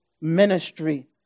ministry